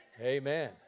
Amen